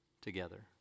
together